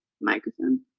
microphone